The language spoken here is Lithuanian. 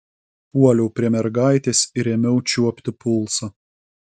puoliau prie mergaitės ir ėmiau čiuopti pulsą